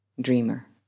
dreamer